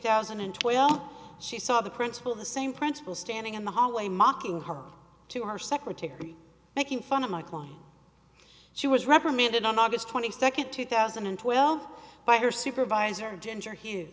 thousand and twelve she saw the principal the same principal standing in the hallway mocking her to her secretary making fun of my client she was reprimanded on august twenty second two thousand and twelve by her supervisor ginger hug